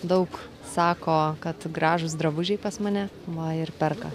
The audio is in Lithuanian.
daug sako kad gražūs drabužiai pas mane va ir perka